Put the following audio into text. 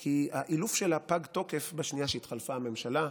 כי האילוף שלה פג תוקף בשנייה שהתחלפה הממשלה.